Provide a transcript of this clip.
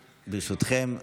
ברשותכם.